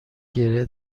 گـره